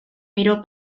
miró